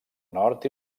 nord